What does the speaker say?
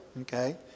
okay